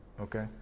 Okay